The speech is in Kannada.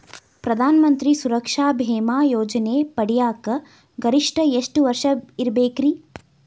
ಪ್ರಧಾನ ಮಂತ್ರಿ ಸುರಕ್ಷಾ ಭೇಮಾ ಯೋಜನೆ ಪಡಿಯಾಕ್ ಗರಿಷ್ಠ ಎಷ್ಟ ವರ್ಷ ಇರ್ಬೇಕ್ರಿ?